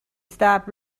stop